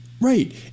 Right